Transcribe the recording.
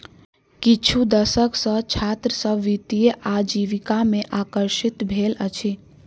किछु दशक सॅ छात्र सभ वित्तीय आजीविका में आकर्षित भेल अछि